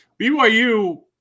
BYU